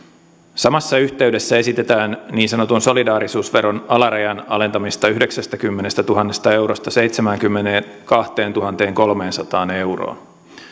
samassa yhteydessä esitetään niin sanotun solidaarisuusveron alarajan alentamista yhdeksästäkymmenestätuhannesta eurosta seitsemäänkymmeneenkahteentuhanteenkolmeensataan euroon